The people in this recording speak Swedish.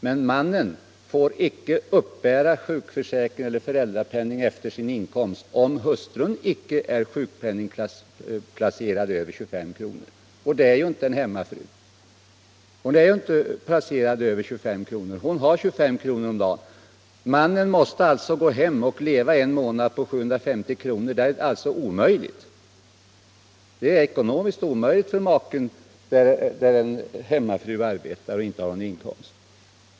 Men = Föräldraförsäkringmannen får icke uppbära föräldrapenning efter sin inkomst, om hustrun — en m.m. icke är sjukpenningplacerad över 25 kr., och det är ju inte en hemmafru. Hon har 25 kr. om dagen. Mannen måste alltså, om han är hemma, en månad att leva på 750 kr., och det är ekonomiskt omöjligt för en make med hemmafru som inte har någon inkomst.